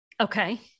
Okay